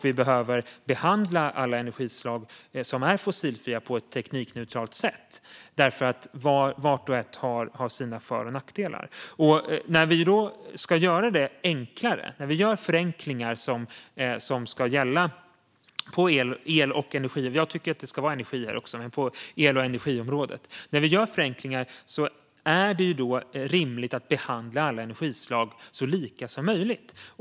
Vi behöver behandla alla energislag som är fossilfria på ett teknikneutralt sätt. Vart och ett har sina för och nackdelar. När vi gör förenklingar som ska gälla el och energiområdet är det rimligt att behandla alla energislag så lika som möjligt.